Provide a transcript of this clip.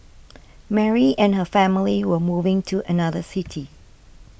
Mary and her family were moving to another city